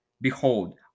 Behold